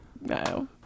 no